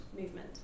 movement